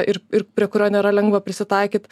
ir ir prie kurio nėra lengva prisitaikyt